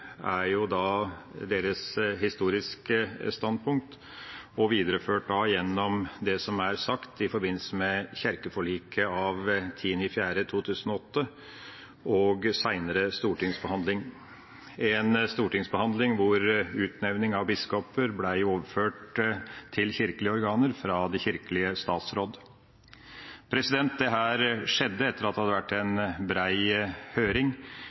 er deres historiske standpunkt, videreført gjennom det som er sagt i forbindelse med kirkeforliket av 10. april 2008 og senere stortingsbehandling, en stortingsbehandling hvor utnevning av biskoper ble overført til kirkelige organer fra det kirkelige statsråd. Dette skjedde etter at det hadde vært en bred høring,